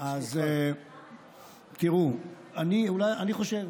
אז תראו, אני חושב